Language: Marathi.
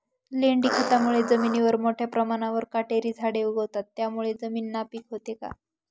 लेंडी खतामुळे जमिनीवर मोठ्या प्रमाणावर काटेरी झाडे उगवतात, त्यामुळे जमीन नापीक होते का?